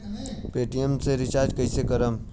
Paytm से recharge कईसे करम?